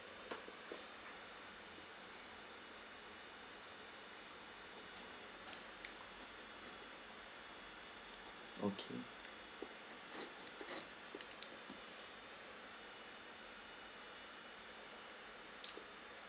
okay